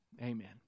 Amen